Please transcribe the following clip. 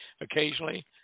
occasionally